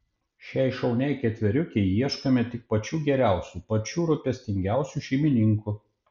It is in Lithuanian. šiai šauniai ketveriukei ieškome tik pačių geriausių pačių rūpestingiausių šeimininkų